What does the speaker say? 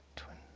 twenty